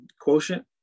quotient